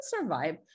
survive